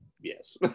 yes